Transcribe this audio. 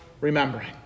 remembering